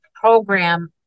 program